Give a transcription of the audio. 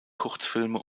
kurzfilme